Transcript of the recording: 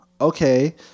okay